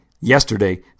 yesterday